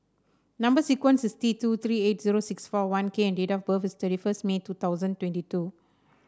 number sequence is T two three eight zero six four one K and date of birth is thirty first May two thousand twenty two